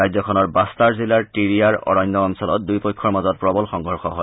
ৰাজ্যখনৰ বাট্টাৰ জিলাৰ তিৰিয়াৰ অৰণ্য অঞ্চলত দুই পক্ষৰ মাজত প্ৰৱল সংৰ্যষ হয়